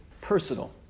personal